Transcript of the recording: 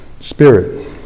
spirit